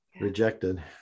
rejected